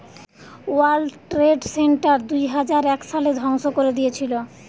world trade center দুইহাজার এক সালে ধ্বংস করে দিয়েছিলো